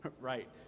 Right